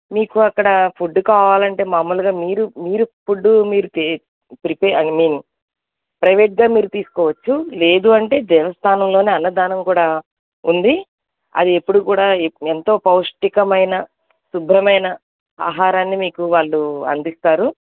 మీకు అక్కడ ఫుడ్డు కావాలంటే మామూలుగా మీరు మీరు ఫుడ్డు మీరు చే ప్రీపే ఐ మీన్ ప్రైవేట్గా మీరు తీస్కోవచ్చు లేదు అంటే దేవస్థానంలోనే అన్నదానం కూడా ఉంది అది ఎప్పుడు కూడా ఎంతో పౌష్టికమైన శుభ్రమైన ఆహారాన్ని మీకు వాళ్ళు అందిస్తారు